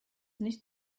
nicht